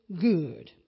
good